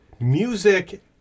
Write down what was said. music